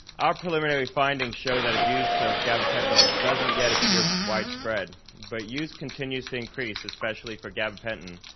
our preliminary findings show that abuse of gabapentinoids doesn't yet appear widespread, but use continues to increase, especially for gabapentin,